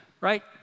right